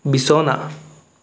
বিছনা